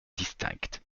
distinctes